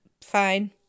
fine